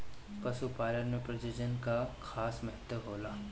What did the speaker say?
पशुपालन में प्रजनन कअ खास महत्व होला